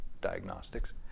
diagnostics